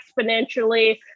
exponentially